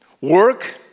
Work